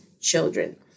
children